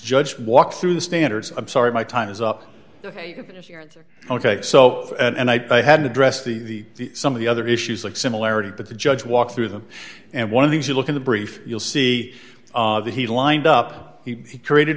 judge walk through the standard i'm sorry my time is up here ok so and i had to address the some of the other issues like similarity that the judge walked through them and one of these you look in the brief you'll see that he lined up he created